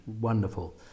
wonderful